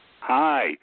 Hi